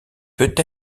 peut